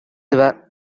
were